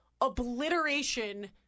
obliteration